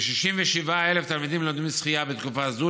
כ-67,000 תלמידים לומדים שחיה בתקופה זו,